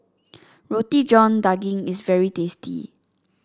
Roti John Daging is very tasty